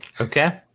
Okay